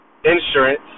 Insurance